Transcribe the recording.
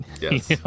yes